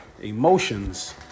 emotions